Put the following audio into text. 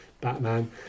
Batman